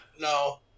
no